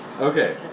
Okay